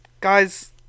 guys